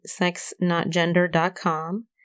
sexnotgender.com